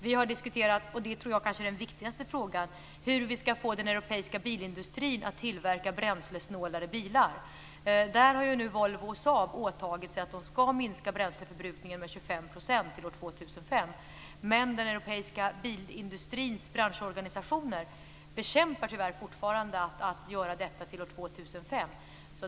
Vi har diskuterat, och det tror jag är den viktigaste frågan, hur vi skall få den europeiska bilindustrin att tillverka bränslesnålare bilar. Där har nu Volvo och Saab åtagit sig att minska bränsleförbrukningen med 25 % till år 2005. Men den europeiska bilindustrins branschorganisationer bekämpar tyvärr fortfarande att göra detta till år 2005.